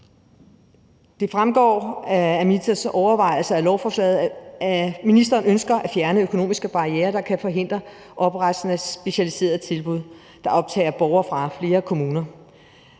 Det fremgår af ministerens overvejelser i forbindelse med lovforslaget, at ministeren ønsker at fjerne økonomiske barrierer, der kan forhindre oprettelsen af specialiserede tilbud, der optager borgere fra flere kommuner.